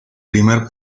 primer